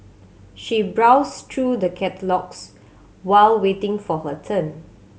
she browsed through the catalogues while waiting for her turn